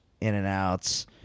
in-and-outs